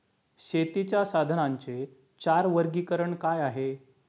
शेतीच्या साधनांचे चार वर्गीकरण काय आहे?